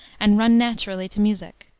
and run naturally to music.